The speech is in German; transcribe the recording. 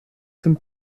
zum